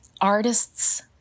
Artists